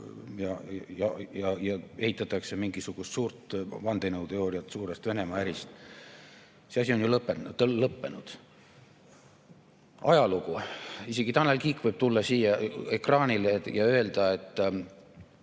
ja ehitatakse mingisugust suurt vandenõuteooriat suurest Venemaa-ärist. See asi on ju lõppenud, ajalugu. Isegi Tanel Kiik võib tulla siia ekraanile ja öelda, et